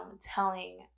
telling